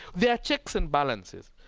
there are checks and balances.